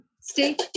stay